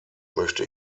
möchte